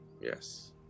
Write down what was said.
yes